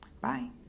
Bye